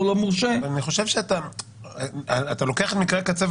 לא מורשה --- אני חושב שאתה לוקח מקרה קצה,